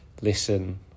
listen